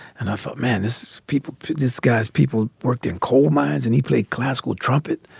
and i thought, man, is people this guy's people worked in coal mines and he played classical trumpet.